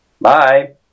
Bye